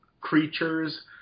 creatures